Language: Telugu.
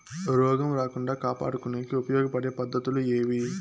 రోగం రాకుండా కాపాడుకునేకి ఉపయోగపడే పద్ధతులు ఏవి?